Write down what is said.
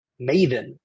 Maven